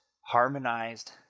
harmonized